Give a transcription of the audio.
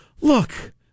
look